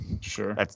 Sure